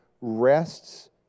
rests